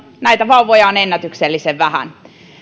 näitä vauvoja on ennätyksellisen vähän